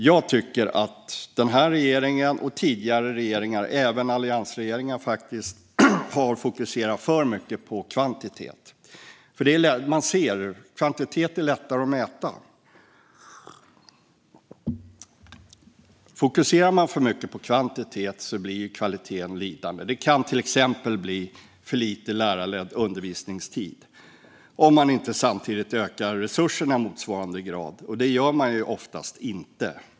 Jag tycker att denna regering och tidigare regeringar, även alliansregeringar, har fokuserat för mycket på kvantitet, som är lättare att mäta. Om man fokuserar för mycket på kvantitet blir kvaliteten lidande. Det kan till exempel bli för lite lärarledd undervisningstid om man inte samtidigt ökar resurserna i motsvarande grad, och det gör man oftast inte.